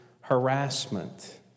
harassment